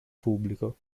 pubblico